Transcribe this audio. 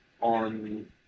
on